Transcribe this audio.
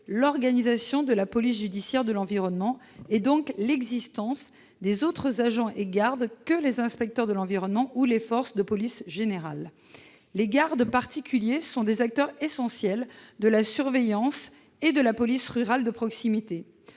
l'organisation de la police judiciaire de l'environnement, et partant le rôle des agents et gardes autres que ceux qui relèvent de l'inspection de l'environnement ou des forces de police générale. Les gardes particuliers sont des acteurs essentiels de la surveillance et de la police rurale de proximité.